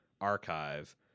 Archive